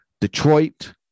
Detroit